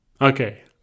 Okay